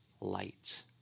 light